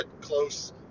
close